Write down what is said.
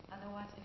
Otherwise